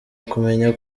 kumenya